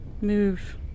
move